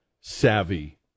savvy